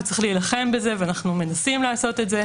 וצריך להילחם בזה, ואנחנו מנסים לעשות את זה.